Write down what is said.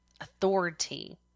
authority